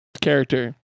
character